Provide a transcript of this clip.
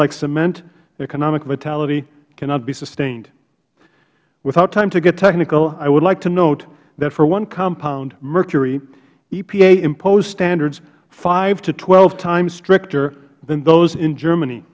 like cement economic vitality cannot be sustained without time to get technical i would like to note that for one compound mercury epa imposed standards five to twelve times stricter than those in germany